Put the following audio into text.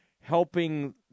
helping